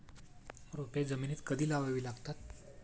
रोपे जमिनीत कधी लावावी लागतात?